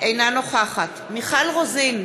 אינה נוכחת מיכל רוזין,